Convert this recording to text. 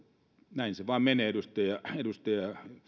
näin se vain menee edustaja